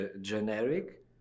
generic